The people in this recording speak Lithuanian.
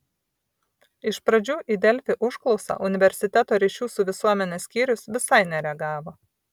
iš pradžių į delfi užklausą universiteto ryšių su visuomene skyrius visai nereagavo